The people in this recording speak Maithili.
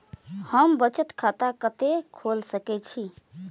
हम बचत खाता कते खोल सके छी?